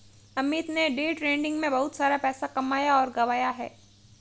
अमित ने day trading में बहुत सारा पैसा कमाया और गंवाया है